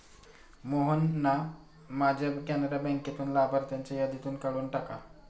मोहनना माझ्या कॅनरा बँकेतून लाभार्थ्यांच्या यादीतून काढून टाका